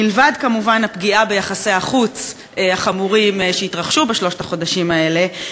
מלבד כמובן הפגיעה החמורה ביחסי החוץ שהתרחשה בשלושת החודשים האלה,